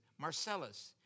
Marcellus